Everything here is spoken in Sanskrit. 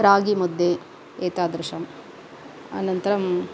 रागिमुद्दे एतादृशम् अनन्तरम्